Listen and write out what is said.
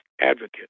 advocate